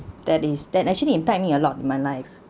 that is that actually impact me a lot in my life